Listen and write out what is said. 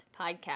podcast